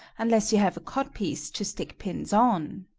unless you have a codpiece to stick pins on.